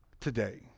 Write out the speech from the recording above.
today